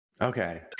Okay